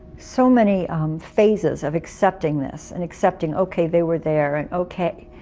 so many um phases of accepting this and accepting okay, they were there and okay,